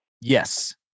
yes